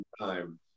time